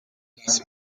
das